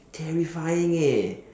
terrifying eh